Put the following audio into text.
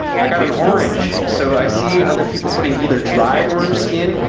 i got an orange, so i see other people putting either dried orange skin.